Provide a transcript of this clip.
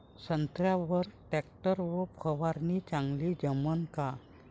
संत्र्यावर वर टॅक्टर न फवारनी चांगली जमन का?